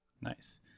Nice